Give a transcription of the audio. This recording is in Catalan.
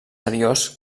seriós